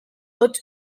hots